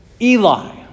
Eli